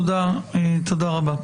תודה רבה.